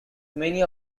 many